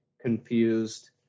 confused